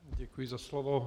Děkuji za slovo.